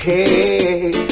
Hey